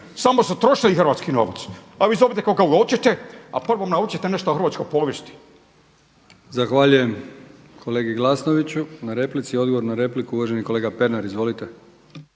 samo su trošili hrvatski novci, a vi zovite koga hoćete, a prvo naučite nešto o hrvatskoj povijesti. **Brkić, Milijan (HDZ)** Zahvaljujem kolegi Glasnoviću na replici. Odgovor na repliku, uvaženi kolega Pernar. Izvolite.